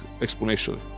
exponentially